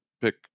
pick